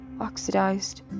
oxidized